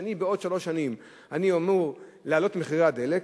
שבעוד שלוש שנים אני אמור להעלות את מחירי הדלק,